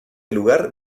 lugar